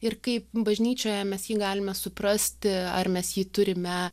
ir kaip bažnyčioje mes jį galime suprasti ar mes jį turime